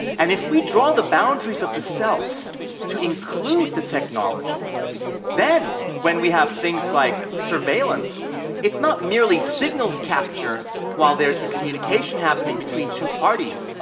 and if we draw the boundaries of the self to include the technology then when we have things like surveillance it's not merely signals capture while there's a communication happening between two parties.